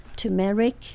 turmeric